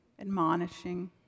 admonishing